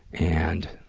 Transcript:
and,